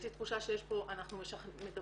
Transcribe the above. יש לי תחושה שאנחנו מדברות,